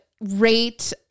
rate